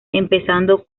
empezando